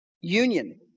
Union